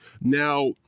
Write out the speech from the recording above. Now